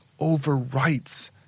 overwrites